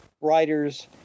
writers